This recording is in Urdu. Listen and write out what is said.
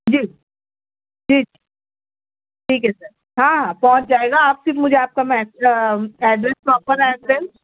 جی جی ٹھیک ہے سر ہاں پہنچ جائے گا آپ صرف مجھے آپ کا میس ایڈریس پراپر ایڈریس